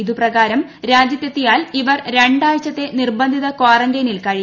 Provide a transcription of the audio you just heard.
ഇത് പ്രകാരം രാജ്യത്തെത്തിയാൽ ഇവർ രണ്ടാഴ്ചത്തെ നിർബന്ധിത ക്വാറന്റീനിൽ കഴിയേണ്ടതാണ്